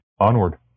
onward